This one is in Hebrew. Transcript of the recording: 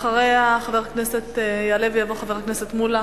אחריה יעלה ויבוא חבר הכנסת מולה.